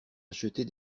acheter